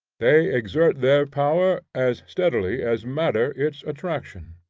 they exert their power, as steadily as matter its attraction.